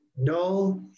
no